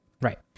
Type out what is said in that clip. right